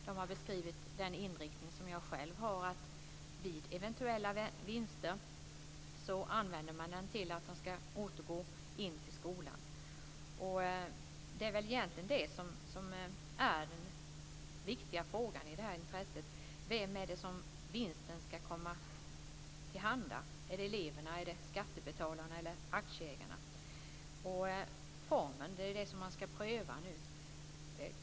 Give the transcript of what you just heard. De har beskrivit den inriktning som jag själv står för, att eventuella vinster ska återgå till skolan. Det är väl egentligen det som är den viktiga frågan när man talar om vinstintresset. Vem är det som vinsten ska komma till godo? Är det eleverna, är det skattebetalarna eller är det aktieägarna? Formen är det som man ska pröva nu.